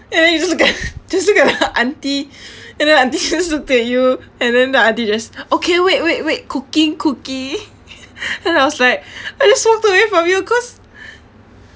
and then you just look at you just look at the auntie and then auntie just looked at you and then the auntie just okay wait wait wait cooking cooking and I was like I just walked away from you cause